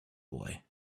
boy